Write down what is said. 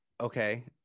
Okay